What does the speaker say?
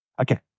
Okay